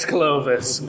Clovis